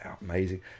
Amazing